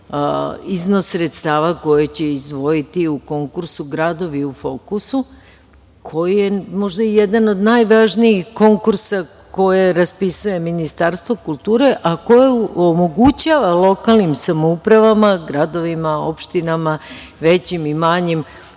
iznos sredstava koje će izdvojiti u konkursu gradovi u fokusu koji je, možda i jedan od najvažnijih konkursa koje raspisuje Ministarstvo kulture, a koji omogućava lokalnim samoupravama, gradovima, opštinama, većim i manjim